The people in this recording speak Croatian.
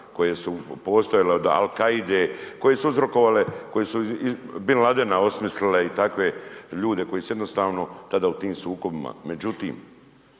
koje su postojale od Al Kaide, koje su uzrokovale, koje su Bin Ladena osmislile i takve ljude koji su jednostavno tada u tim sukobima.